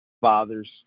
fathers